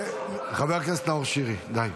חבר הכנסת נאור שירי, די.